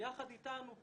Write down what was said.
ביחד איתנו,